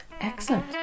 Excellent